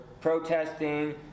protesting